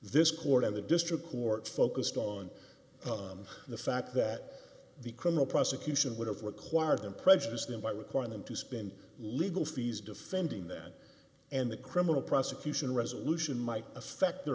this court and the district court focused on the fact that the criminal prosecution would have required them prejudiced them by requiring them to spin legal fees defending then and the criminal prosecution resolution might affect their